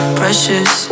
precious